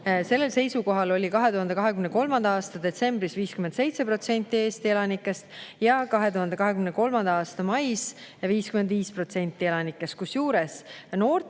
Sellel seisukohal oli 2023. aasta detsembris 57% Eesti elanikest ja 2023. aasta mais 55% elanikest. Kusjuures noorte